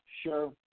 Sure